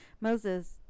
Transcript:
Moses